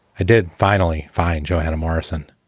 i did finally find johanna morrison.